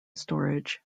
storage